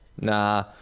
Nah